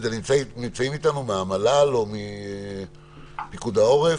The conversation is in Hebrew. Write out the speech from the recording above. נמצאים פה מהמל"ל או מפיקוד העורף?